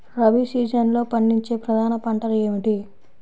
రబీ సీజన్లో పండించే ప్రధాన పంటలు ఏమిటీ?